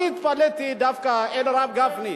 אני התפלאתי דווקא על הרב גפני,